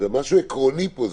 זה משהו עקרוני פה.